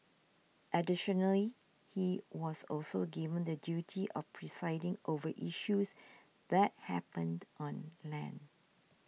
additionally he was also given the duty of presiding over issues that happened on land